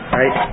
right